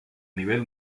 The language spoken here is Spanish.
nivel